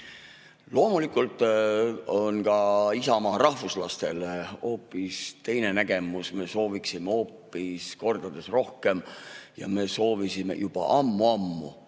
Loomulikult on ka Isamaa rahvuslastel hoopis teine nägemus. Me sooviksime kordades rohkem – ja me soovisime seda juba ammu-ammu